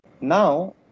Now